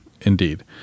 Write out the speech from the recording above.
Indeed